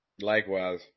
Likewise